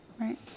Right